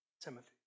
Timothy